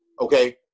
okay